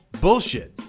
bullshit